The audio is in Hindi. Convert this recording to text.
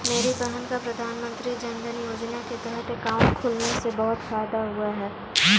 मेरी बहन का प्रधानमंत्री जनधन योजना के तहत अकाउंट खुलने से बहुत फायदा हुआ है